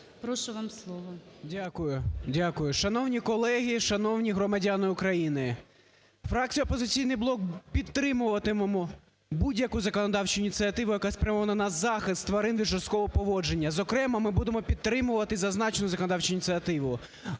ДОЛЖЕНКОВ О.В. Дякую. Шановні колеги! Шановні громадяни України! Фракція "Опозиційний блок" підтримуватиме будь-яку законодавчу ініціативу, яка спрямована на захист тварин від жорсткого поводження, зокрема ми будемо підтримувати зазначену законодавчу ініціативу.